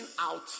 out